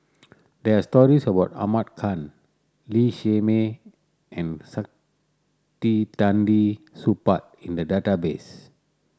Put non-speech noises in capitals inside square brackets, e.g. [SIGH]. there are stories about Ahmad Khan Lee Shermay and [UNINTELLIGIBLE] Supaat in the database